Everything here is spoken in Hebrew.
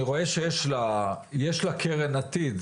אני רואה שיש לקרן עתיד,